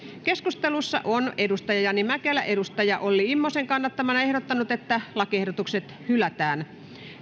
keskustelussa on jani mäkelä olli immosen kannattamana ehdottanut että lakiehdotukset hylätään